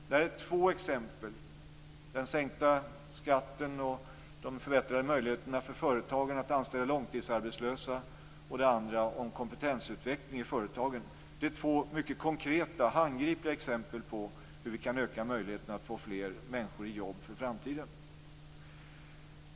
Det här är två exempel - det ena är alltså den sänkta skatten och de förbättrade möjligheterna för företagen att anställa långtidsarbetslösa och det andra är kompetensutvecklingen i företagen. Detta är således två konkreta, mycket handgripliga exempel på hur vi kan öka möjligheterna att få fler människor i jobb för framtiden.